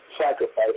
sacrifice